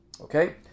Okay